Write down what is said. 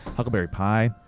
huckleberry pie,